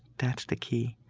that's the key.